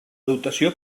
dotació